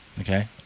okay